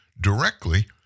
directly